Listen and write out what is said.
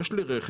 יש לי רכב,